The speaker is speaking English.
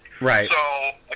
Right